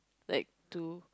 like to